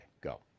Go